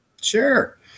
Sure